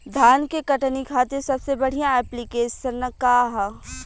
धान के कटनी खातिर सबसे बढ़िया ऐप्लिकेशनका ह?